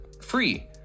free